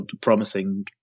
promising